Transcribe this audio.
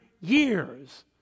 years